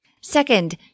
Second